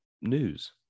news